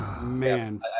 Man